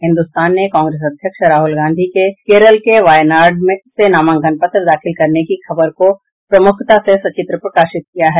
हिन्दुस्तान ने कांग्रेस अध्यक्ष राहुल गांधी के केरल के वायनाड से नामांकन पत्रों दाखिल करने की खबर को प्रमुखता से सचित्र प्रकाशित किया है